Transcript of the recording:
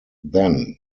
then